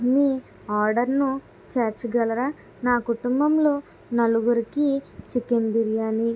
మీ ఆర్డర్ను చేర్చగలరా నా కుటుంబంలో నలుగురికి చికెన్ బిర్యానీ